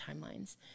Timelines